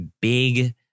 big